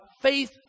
faith